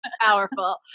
powerful